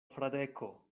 fradeko